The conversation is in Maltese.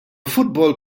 futbol